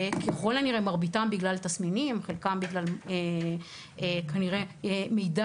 ככל הנראה מרביתם בגלל תסמינים וחלקם כנראה בגלל מידע